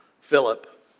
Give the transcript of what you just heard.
Philip